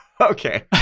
Okay